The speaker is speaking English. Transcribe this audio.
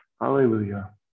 Hallelujah